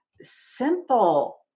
simple